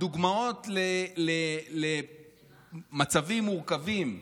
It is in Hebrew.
דוגמאות למצבים מורכבים בשירות,